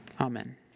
Amen